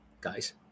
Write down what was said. guys